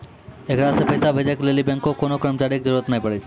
एकरा से पैसा भेजै के लेली बैंको के कोनो कर्मचारी के जरुरत नै पड़ै छै